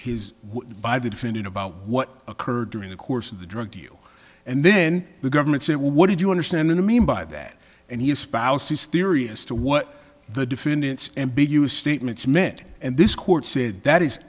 his by the defendant about what occurred during the course of the drug deal and then the government said well what did you understand and i mean by that and he espoused his theory as to what the defendants ambiguous statements meant and this court said that is